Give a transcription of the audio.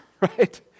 right